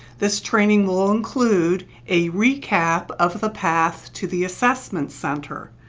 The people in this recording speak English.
this training will include a recap of the path to the assessment center.